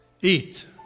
eat